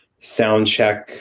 soundcheck